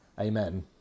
Amen